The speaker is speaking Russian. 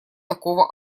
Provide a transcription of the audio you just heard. такого